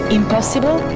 impossible